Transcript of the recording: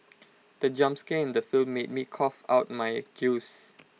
the jump scare in the film made me cough out my juice